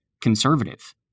conservative